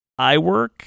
iWork